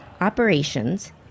operations